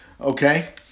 okay